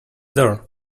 door